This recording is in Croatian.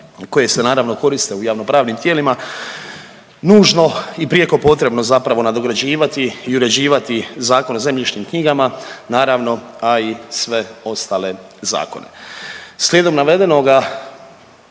koje se naravno koriste u javno-pravnim tijelima nužno i prijeko potrebno zapravo nadograđivati i uređivati Zakon o zemljišnim knjigama, naravno a i sve ostale zakone. Slijedom navedenoga